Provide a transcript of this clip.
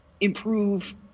improve